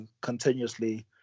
continuously